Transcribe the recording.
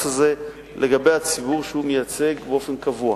הזה לגבי הציבור שהוא מייצג באופן קבוע.